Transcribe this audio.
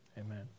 amen